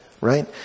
right